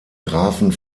grafen